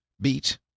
beat